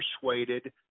persuaded